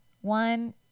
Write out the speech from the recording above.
one